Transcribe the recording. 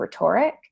rhetoric